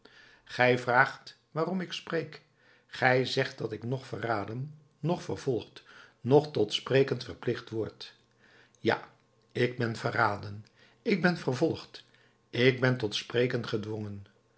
gij vraagt waarom ik spreek gij zegt dat ik noch verraden noch vervolgd noch tot spreken verplicht word ja ik ben verraden ik ben vervolgd ik ben tot spreken gedwongen